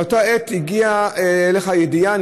באותה עת הגיעה אליך ידיעה,